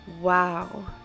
wow